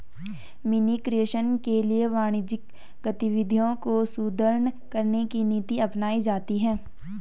money creation के लिए वाणिज्यिक गतिविधियों को सुदृढ़ करने की नीति अपनाई जाती है